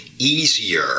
Easier